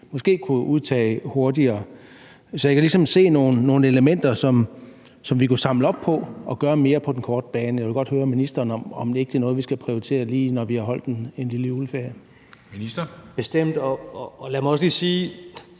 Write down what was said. måske kunne udtage hurtigere. Så jeg kan ligesom se nogle elementer, som vi kunne samle op på og gøre mere med på den korte bane. Jeg vil godt høre ministeren, om det ikke er noget, vi skal prioritere, når vi har holdt en lille juleferie. Kl. 22:18 Formanden